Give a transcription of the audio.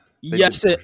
yes